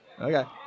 Okay